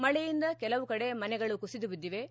ಮಳೆಯಿಂದ ಕೆಲವು ಕಡೆ ಮನೆಗಳು ಕುಸಿದು ಬಿದ್ದಿವೆ